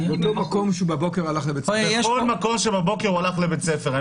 על מקום בו בבוקר הוא הלך לבית ספר.